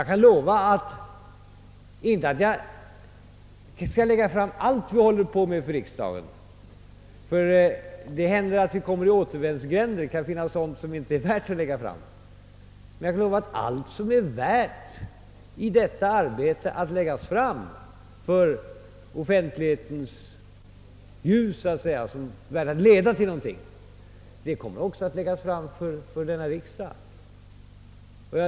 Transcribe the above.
Jag kan inte lova att för riksdagen lägga fram allt vi håller på med, ty det händer att vi kommer in i återvändsgränder och att det kan bli fråga om saker som inte är värda att lägga fram, men allt som i detta arbete är värt att läggas fram i offentlighetens ljus och som kan leda till någonting kommer också att framläggas för denna riksdag.